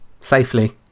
safely